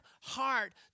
heart